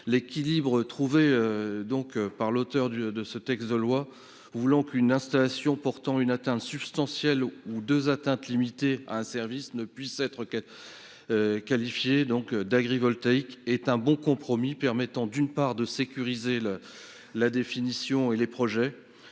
L'équilibre trouvé par l'auteur de ce texte, voulant qu'une installation portant une atteinte substantielle ou deux atteintes limitées à un service ne puisse pas être qualifiée d'agrivoltaïque, est un bon compromis. Il permet, d'une part, de sécuriser la définition, les projets